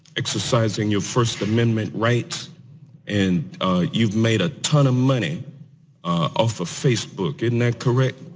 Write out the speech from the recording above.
exercising your first amendment rights and you've made a ton of money off of facebook. isn't that correct?